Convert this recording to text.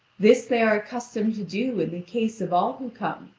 this they are accustomed to do in the case of all who come,